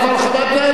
חבר הכנסת בן-ארי,